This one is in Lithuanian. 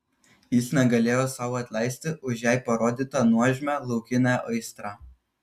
jis negalėjo sau atleisti už jai parodytą nuožmią laukinę aistrą